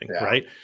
right